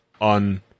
on